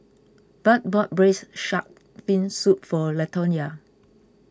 Budd bought Braised Shark Fin Soup for Latonya